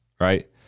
right